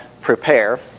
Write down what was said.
prepare